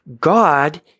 God